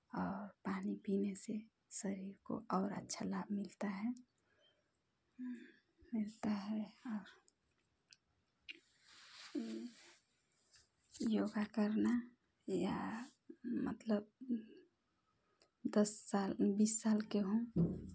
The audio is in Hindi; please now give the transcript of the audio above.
और पानी पीने से शरीर को और अच्छा लाभ मिलता है मिलता है और योगा करना या मतलब दस साल बीस साल के हों